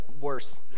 worse